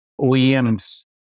OEMs